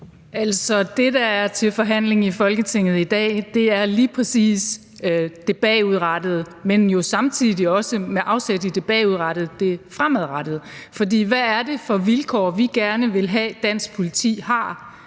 det, der er til forhandling i Folketinget i dag, er lige præcis det bagudrettede, men jo samtidig også – med afsæt i det bagudrettede – det fremadrettede. For hvad er det for vilkår, vi gerne vil have dansk politi har?